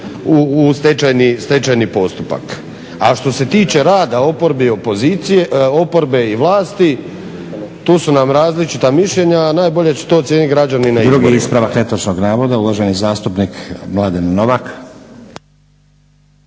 u stečajni postupak. A što se tiče rada oporbe i opozicije, oporbe i vlasti, tu su nam različita mišljenja, a najbolje će to ocijeniti građani na izborima.